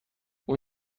اون